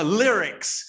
lyrics